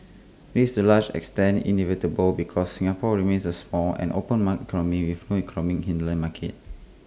this to A large extent inevitable because Singapore remains A small and open mark economy with no economic hinterland market